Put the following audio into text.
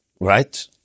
Right